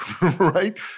Right